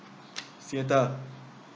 seattle